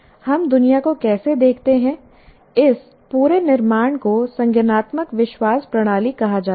हम दुनिया को कैसे देखते हैं इस पूरे निर्माण को संज्ञानात्मक विश्वास प्रणाली कहा जाता है